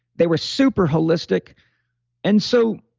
they were super holistic and so